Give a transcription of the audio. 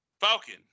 falcon